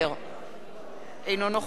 אינו נוכח מיכאל בן-ארי,